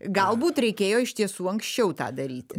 galbūt reikėjo iš tiesų anksčiau tą daryti